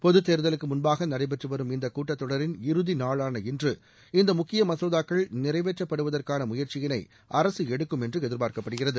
பொது தேர்தலுக்கு முன்பாக நடைபெற்று வரும் இந்த கூட்டத் தொடரின் இறுதி நாளான இன்று இந்த முக்கிய மசோதாக்கள் நிறைவேற்றப்படுவதற்கான முயற்சியினை அரசு எடுக்கும் என்று எதிர்பாா்க்கப்படுகிறது